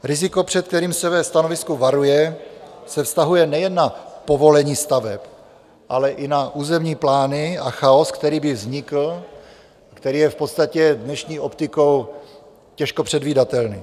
Riziko, před kterým ve svém stanovisku varuje, se vztahuje nejen na povolení staveb, ale i na územní plány, a chaos, který by vznikl, je v podstatě dnešní optikou těžko předvídatelný.